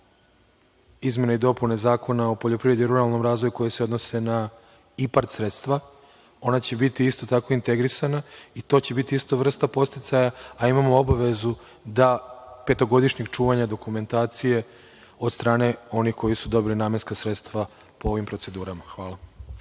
izmene i dopune Zakona o poljoprivredi i ruralnom razvoju koji se odnose na IPARD sredstva, ona će biti isto tako integrisana i to će biti isto vrsta podsticaja, a imamo obavezu petogodišnjeg čuvanja dokumentacije od strane onih koji su dobili namenska sredstva po ovim procedurama. Hvala.